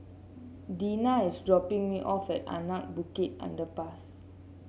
Dina is dropping me off at Anak Bukit Underpass